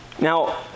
Now